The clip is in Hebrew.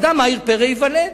אדם עיר פרא ייוולד,